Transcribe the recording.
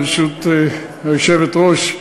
ברשות היושבת-ראש,